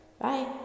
Bye